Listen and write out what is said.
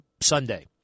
Sunday